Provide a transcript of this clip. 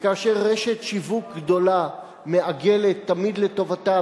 וכאשר רשת שיווק גדולה מעגלת תמיד לטובתה,